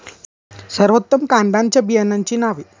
सर्वोत्तम कांद्यांच्या बियाण्यांची नावे?